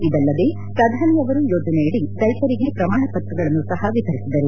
ಇದಲ್ಲದೆ ಪ್ರಧಾನಿ ಅವರು ಯೋಜನೆಯಡಿ ರೈತರಿಗೆ ಪ್ರಮಾಣ ಪತ್ರಗಳನ್ನು ಸಹ ವಿತರಿಸಿದರು